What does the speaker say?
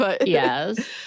Yes